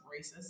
racist